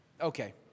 Okay